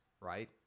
right